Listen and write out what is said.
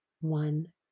one